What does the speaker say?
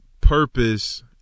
purpose